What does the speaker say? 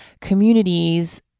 communities